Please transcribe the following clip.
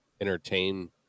entertain